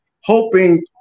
hoping –